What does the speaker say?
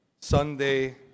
sunday